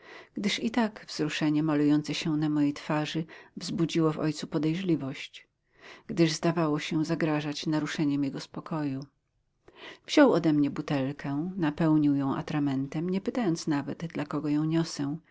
gdyż i tak wzruszenie malujące się na mojej twarzy wzbudziło w ojcu podejrzliwość gdyż zdawało się zagrażać naruszeniem jego spokoju wziął ode mnie butelkę napełnił ją atramentem nie pytając nawet dla kogo ją niosę